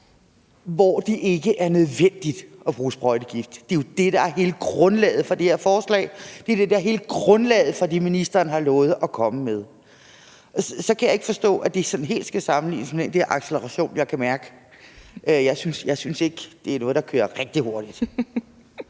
hvor det ikke er nødvendigt at bruge sprøjtegift. Det er jo det, der er hele grundlaget for det her forslag. Det er det, der er hele grundlaget for det, ministeren har lovet at komme med. Så kan jeg ikke forstå, at det sådan skal sammenlignes med den der acceleration. Jeg kan mærke, at jeg ikke synes, at det er noget, der kører rigtig hurtigt.